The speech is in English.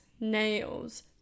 nails